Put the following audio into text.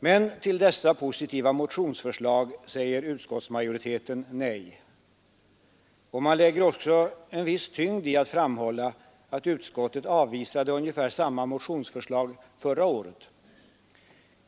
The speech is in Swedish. Men utskottsmajoriteten säger nej till dessa positiva motionsförslag. Och man lägger också en viss tyngd vid påpekandet att utskottet avvisade ungefär samma motionsförslag förra året.